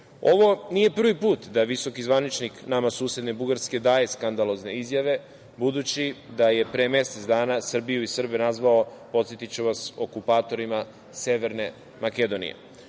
Ovo nije privi put da visoki zvaničnik nama susedne Bugarske daje skandalozne izjave, budući da je pre mesec dana Srbiju i Srbe nazvao, podsetiću vas, okupatorima Severne Makedonije.U